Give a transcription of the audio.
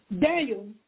Daniel